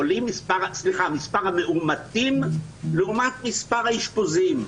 המאומתים לעומת מספר האשפוזים.